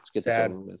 Sad